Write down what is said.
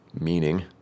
Meaning